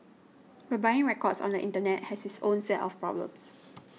but buying records on the Internet has its own set of problems